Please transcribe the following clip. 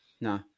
No